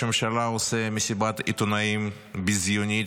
הממשלה עושה מסיבת עיתונאים ביזיונית,